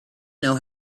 know